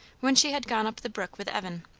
when she had gone up the brook with evan.